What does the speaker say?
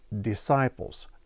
disciples